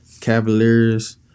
Cavaliers